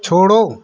छोड़ो